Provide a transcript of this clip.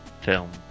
film